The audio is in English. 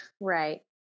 Right